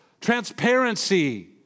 transparency